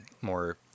more